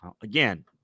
Again